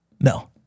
No